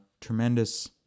Tremendous